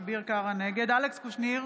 אלכס קושניר,